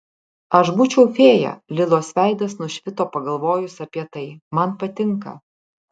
aš būčiau fėja lilos veidas nušvito pagalvojus apie tai man patinka